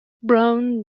brown